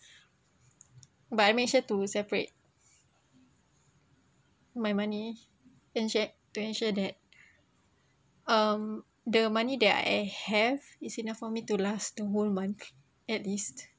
but I make sure to separate my money ensure to ensure that um the money that I have is enough for me to last the whole month at least